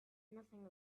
nothing